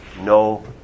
no